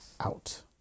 out